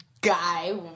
guy